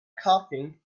coughing